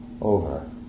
over